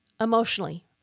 emotionally